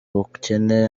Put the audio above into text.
bukene